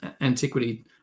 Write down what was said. antiquity